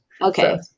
okay